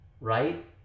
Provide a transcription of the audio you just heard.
right